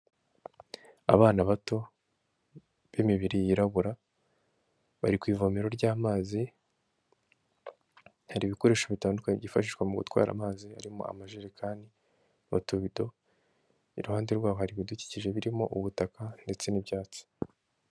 Abana bato b'imibiri yirabura, bari ku ivomero ry'amazi, hari ibikoresho bitandukanye byifashishwa mu gutwara amazi, harimo amajerekani, utubido, iruhande rwabo hari ibidukije, birimo ubutaka ndetse n'ibyatsi.